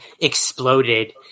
exploded